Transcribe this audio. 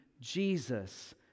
Jesus